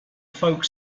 folk